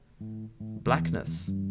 blackness